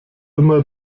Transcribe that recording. immer